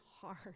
hard